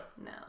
No